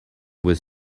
with